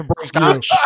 scotch